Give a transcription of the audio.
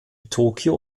tokio